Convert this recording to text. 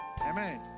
Amen